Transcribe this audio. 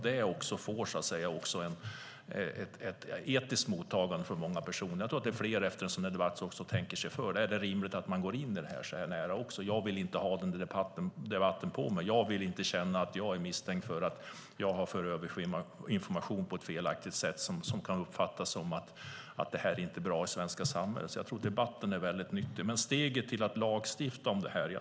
Det får liksom ett etiskt mottagande från många personer. Jag tror att det är flera som efter en sådan här debatt tänker sig för: Är det rimligt att jag går in i detta så här nära? Jag vill inte ha den debatten på mig. Jag vill inte känna att jag är misstänkt för att ha fört över information på ett felaktigt sätt, så att det kan uppfattas så att det inte är bra i det svenska samhället. Jag tror att debatten är väldigt nyttig. Men det är ett steg till att lagstifta om detta.